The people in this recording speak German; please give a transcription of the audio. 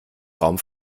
raum